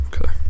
Okay